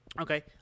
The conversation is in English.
okay